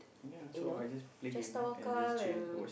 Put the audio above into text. you know just tawakal and